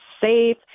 safe